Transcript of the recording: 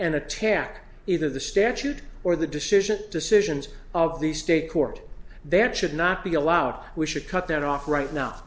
and attack either the statute or the decision decisions of the state court there should not be allowed we should cut that off right now